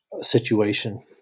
situation